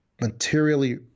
materially